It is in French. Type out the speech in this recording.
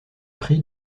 prix